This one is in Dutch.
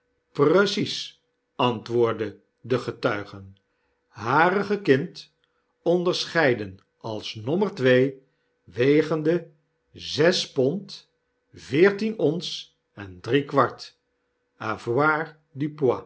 precies antwoordden de getuigen harige kind onderscheiden als nommer twee wegende zes pond veertien ons en drie kwart